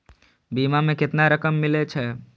बीमा में केतना रकम मिले छै?